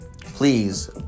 please